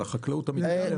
על החקלאות המתקדמת.